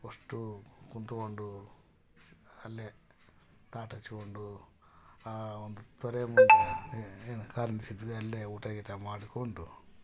ಅಷ್ಟೂ ಕೂತ್ಕೊಂಡು ಅಲ್ಲೇ ತಟ್ಟೆ ಹಚ್ಕೊಂಡು ಆ ಒಂದು ತೊರೆ ಮುಂದೆ ಏನು ಕಾರಿನ ಸಿದ್ವೇ ಅಲ್ಲೇ ಊಟ ಗೀಟ ಮಾಡಿಕೊಂಡು